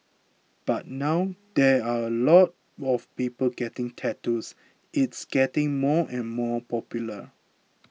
but now there are a lot of people getting tattoos it's getting more and more popular